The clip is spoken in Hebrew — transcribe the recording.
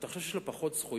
אתה חושב שיש לו פחות זכויות?